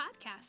podcast